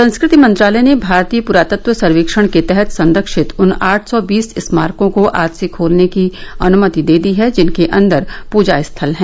संस्कृति मंत्रालय ने भारतीय पुरातत्व सर्वेक्षण के तहत संरक्षित उन आठ सौ बीस स्मारकों को आज से खोलने की अनुमति दे दी है जिनके अन्दर पूजा स्थल हैं